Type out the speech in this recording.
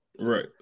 Right